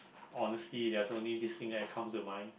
honestly there are only these things that comes to mind